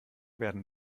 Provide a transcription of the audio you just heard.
werden